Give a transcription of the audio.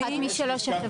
יש חברה